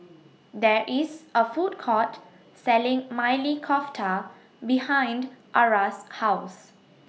There IS A Food Court Selling Maili Kofta behind Arra's House